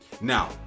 Now